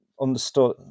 understood